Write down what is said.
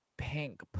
pink